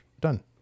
done